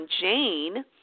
Jane